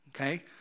Okay